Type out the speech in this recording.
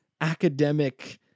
academic